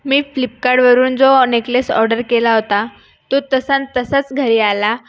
मी फ्लिपकार्डवरून जो ऑ नेकलेस ऑर्डर केला होता तो तस्सा न तस्साच घरी आला